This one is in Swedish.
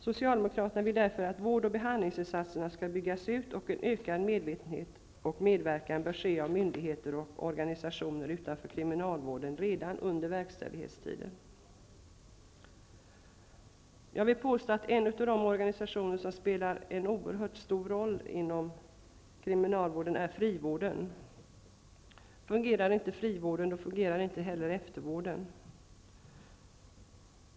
Socialdemokraterna vill därför att vårdoch behandlingsinsatserna skall byggas ut och att medvetenheten hos och medverkan från myndigheter och organisationer utanför kriminalvården skall öka redan under verkställighetstiden. Jag vill påstå att frivården är en av de organisationer som spelar en oerhört stor roll inom kriminalvården. Fungerar inte frivården, fungerar inte heller eftervården.